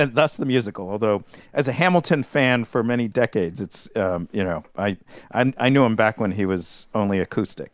and thus the musical. although as a hamilton fan for many decades, it's you know, i and i knew him back when he was only acoustic